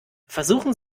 versuchen